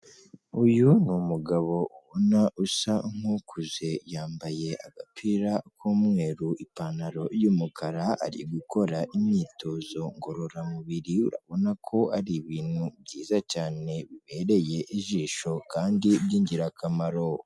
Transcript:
Uyu ni umugabo ubona usa nk'ukuze, yambaye agapira k'umweru, ipantaro y'umukara, ari gukora imyitozo ngororamubiri, urabona ko ari ibintu byiza cyane bibereye ijisho kandi by'ingirakamaro.